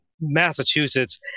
Massachusetts